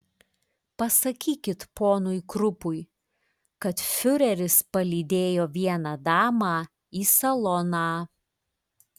pasakykit ponui krupui kad fiureris palydėjo vieną damą į saloną